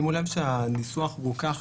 שימו לב שהניסוח רוכך